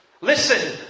Listen